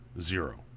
zero